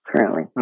currently